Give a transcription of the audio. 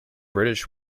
british